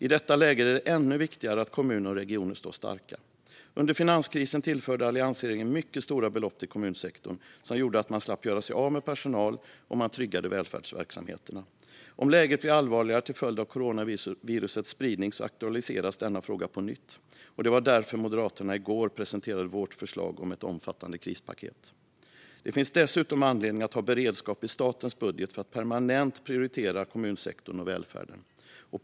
I detta läge är det ännu viktigare att kommuner och regioner står starka. Under finanskrisen tillförde alliansregeringen mycket stora belopp till kommunsektorn. Det gjorde att man slapp göra sig av med personal och tryggade välfärdsverksamheterna. Om läget blir allvarligare till följd av coronavirusets spridning aktualiseras denna fråga på nytt. Det var därför vi i Moderaterna i går presenterade vårt förslag till ett omfattande krispaket. Det finns dessutom anledning att ha beredskap i statens budget för att permanent prioritera kommunsektorn och välfärden.